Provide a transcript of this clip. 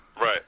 Right